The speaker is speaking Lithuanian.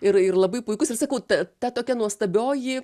ir ir labai puikus ir sakau ta ta tokia nuostabioji